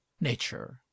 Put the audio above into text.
nature